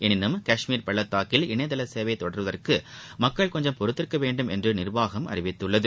எனினும் காஷ்மீர் பள்ளத்தாக்கில் இணையதள சேவை தொடர்வதற்கு மக்கள் கொஞ்சம் பொறுத்திருக்க வேண்டும் என்று நிர்வாகம் அறிவித்துள்ளது